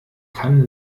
kann